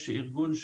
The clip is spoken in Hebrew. יש ארגון,